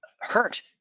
hurt